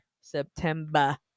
september